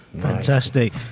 Fantastic